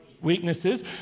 weaknesses